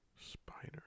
Spider